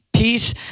Peace